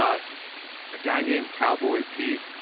ah a guy named cowboy. pete.